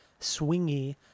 swingy